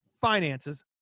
finances